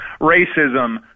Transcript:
racism